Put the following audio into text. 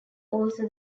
also